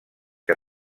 que